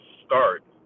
start